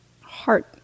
heart